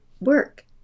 work